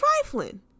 trifling